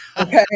okay